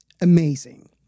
amazing